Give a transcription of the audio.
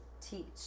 teach